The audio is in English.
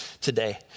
today